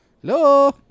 Hello